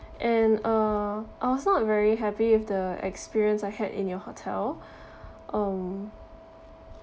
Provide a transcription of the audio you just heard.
and uh I was not very happy with the experience I had in your hotel um